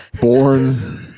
born